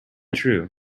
true